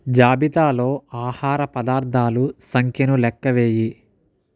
జాబితాలో ఆహార పదార్థాలు సంఖ్యను లెక్క వేయి